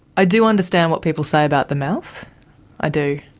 i do understand what people say about the mouth i do.